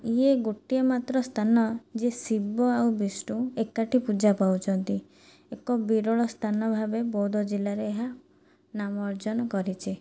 ଇଏ ଗୋଟିଏ ମାତ୍ର ସ୍ଥାନ ଯିଏ ଶିବ ଆଉ ବିଷ୍ଣୁ ଏକାଠି ପୂଜା ପାଉଛନ୍ତି ଏକ ବିରଳ ସ୍ଥାନ ଭାବେ ବୌଦ୍ଧ ଜିଲ୍ଲାରେ ଏହା ନାମ ଅର୍ଜନ କରିଛି